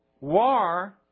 war